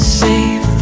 safe